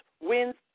winds